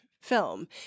Film